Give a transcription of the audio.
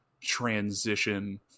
transition